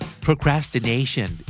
Procrastination